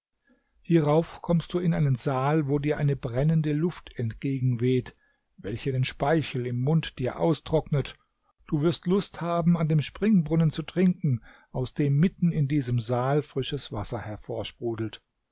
hierauf kommst du in einen saal wo dir eine brennende luft entgegenweht welche den speichel im mund dir austrocknet du wirst lust haben an dem springbrunnen zu trinken aus dem mitten in diesem saal frisches wasser